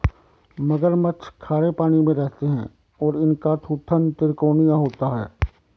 मगरमच्छ खारे पानी में रहते हैं और इनका थूथन त्रिकोणीय होता है